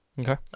Okay